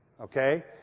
Okay